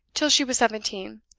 till she was seventeen.